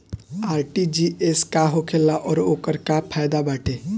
RTGS का होखेला और ओकर का फाइदा बाटे?